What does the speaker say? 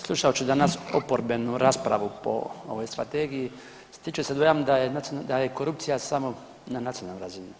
Slušajući danas oporbenu raspravu po ovoj Strategiji, stiče se dojam da je korupcija samo na nacionalnoj razini.